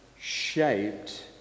shaped